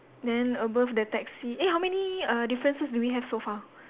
then above the taxi eh how many uh differences do we have so far